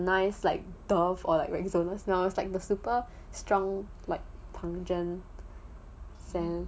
nice like dove or like rexona smell it's like the super strong like pungent scent